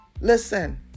Listen